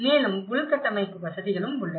மேலும் உள்கட்டமைப்பு வசதிகளும் உள்ளன